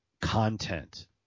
content